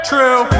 True